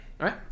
right